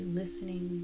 listening